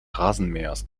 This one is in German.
rasenmähers